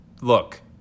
look